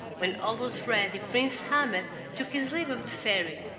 when all was ready prince ahmed took his leave of the fairy,